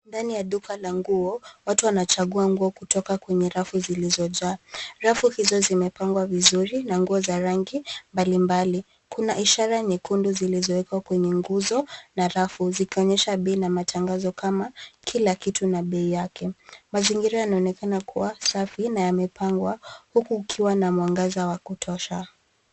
Ndani ya duka la nguo, watu wanachagua nguo kutoka kwenye rafu zilizojaa. Rafu hizo zimepangwa vizuri na nguo za rangi mbalimbali. Kuna ishara nyekundu zilizowekwa kwenye nguzo na rafu, zikionyesha bei na matangazo kama kila kitu na bei yake. Mazingira yanaonekana kuwa safi na yamepangwa, huku kukiwa na mwangaza wa kutosha.